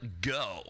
go